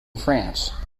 france